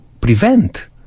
prevent